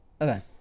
okay